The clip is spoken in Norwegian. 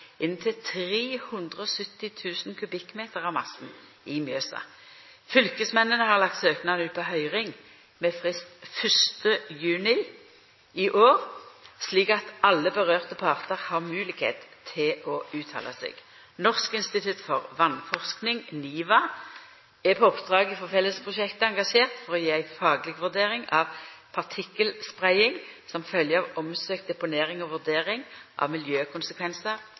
inntil 370 000 m3 av massen i Mjøsa. Fylkesmennene har lagt søknaden ut på høyring med frist 1. juni i år, slik at alle partar som saka vedkjem, har moglegheit til å uttala seg. Norsk institutt for vassforsking, NIVA, er på oppdrag frå fellesprosjektet engasjert for å gje ei fagleg vurdering av partikkelspreiing som følgje av omsøkt deponering og vurdering av